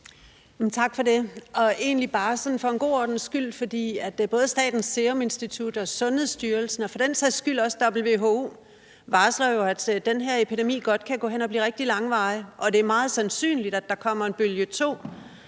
Kirsten Normann Andersen (SF): Tak for det. Både Statens Serum Institut, Sundhedsstyrelsen og for den sags skyld også WHO varsler jo, at den her epidemi godt kan gå hen og blive rigtig langvarig, og det er meget sandsynligt, at der kommer en bølge to,